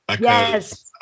yes